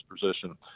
position